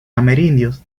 amerindios